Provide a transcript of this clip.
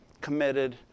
committed